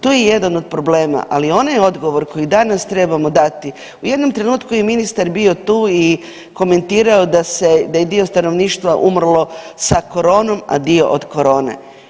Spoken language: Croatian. To je jedan od problema, ali onaj odgovor koji danas trebamo dati, u jednom trenutku je i ministar bio tu i komentirao da je dio stanovništva umrlo sa koronom, a dio od korone.